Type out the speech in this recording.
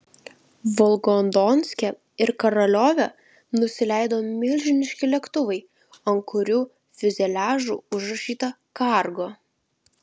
volgodonske ir koroliove nusileido milžiniški lėktuvai ant kurių fiuzeliažų užrašyta kargo